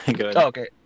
Okay